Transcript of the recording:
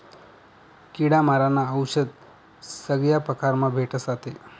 किडा मारानं औशद सगया परकारमा भेटस आते